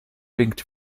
winkt